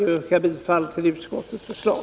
Jag yrkar bifall till utskottets förslag.